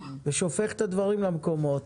ושופך את הדברים למקומות,